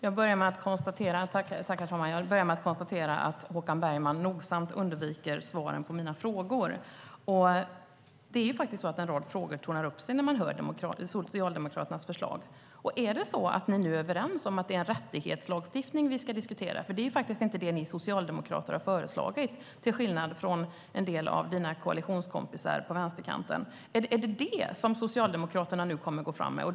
Herr talman! Jag börjar med att konstatera att Håkan Bergman nogsamt undviker att svara på mina frågor. En rad frågor tornar upp sig när man hör Socialdemokraternas förslag. Är ni överens om att det är en rättighetslagstiftning vi ska diskutera? Det är faktiskt inte det som ni socialdemokrater har föreslagit till skillnad från en del av dina koalitionskompisar på vänsterkanten. Är det detta som Socialdemokraterna nu kommer att gå fram med?